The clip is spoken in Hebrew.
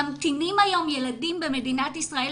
ממתינים היום ילדים במדינת ישראל.